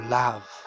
love